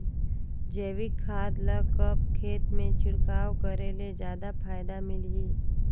जैविक खाद ल कब खेत मे छिड़काव करे ले जादा फायदा मिलही?